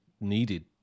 needed